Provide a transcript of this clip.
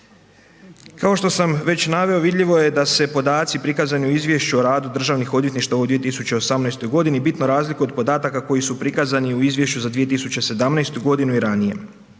Kao što sam već naveo vidljivo je da se podaci prikazani u Izvješću o radu državnih odvjetništava u 2018. godini bitno razlikuju od podataka koji su prikazani u Izvješću za 2017. godinu i ranije.